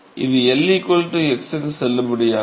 இது L x க்கு செல்லுபடியாகும்